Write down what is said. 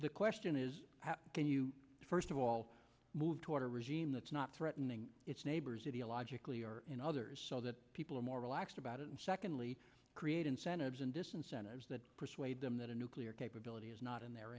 the question is how can you first of all move toward a regime that's not threatening its neighbors ideologically or in others so that people are more relaxed about it and secondly create incentives and disincentives that persuade them that a nuclear capability is not in their